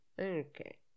Okay